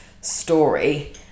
story